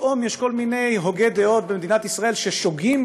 פתאום שיש כל מיני הוגי דעות במדינת ישראל ששוגים